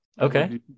Okay